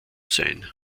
sein